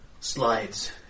slides